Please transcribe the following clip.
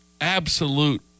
absolute